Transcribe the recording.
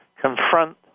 Confront